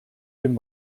dem